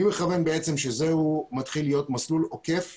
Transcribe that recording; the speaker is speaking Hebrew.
אני מכוון לכך שזה מתחיל להיות מסלול עוקף